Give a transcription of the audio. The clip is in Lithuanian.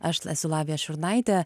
ašesu lavija šurnaitė